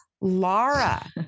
Laura